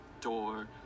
door